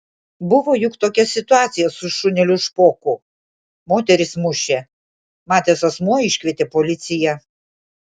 buvo juk tokia situacija su šuneliu špoku moteris mušė matęs asmuo iškvietė policiją